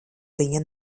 viņa